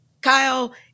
Kyle